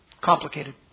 complicated